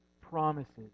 promises